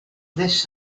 this